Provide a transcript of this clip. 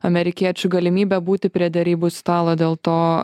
amerikiečių galimybę būti prie derybų stalo dėl to